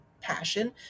passion